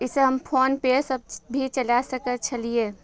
ईसे हम फोन पे सब भी चला सकैत छलियै